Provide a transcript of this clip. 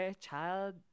child